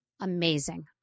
amazing